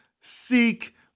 seek